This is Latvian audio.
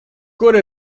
kur